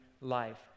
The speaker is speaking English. life